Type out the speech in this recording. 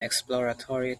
exploratory